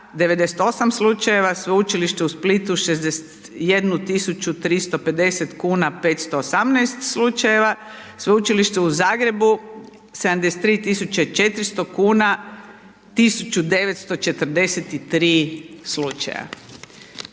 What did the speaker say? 98 slučajeva, Sveučilište u Splitu 61 tisuću 350 kuna 518 slučajeva, Sveučilište u Zagrebu 73 tisuće 400 kuna, 1943 slučaja.